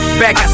back